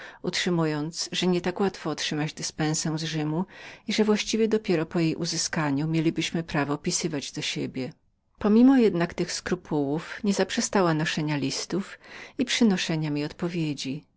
utrzymując że nie tak łatwo było otrzymać dyspensę z rzymu i że według zasad dopiero po uzyskaniu takowej mieliśmy prawo pisywania do siebie pomimo jednak tych skrupułów nie zaprzestała noszenia listów i przynoszenia mi odpowiedzi